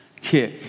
kick